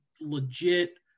legit